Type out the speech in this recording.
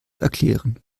erklären